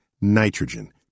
nitrogen